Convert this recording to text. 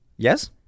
Yes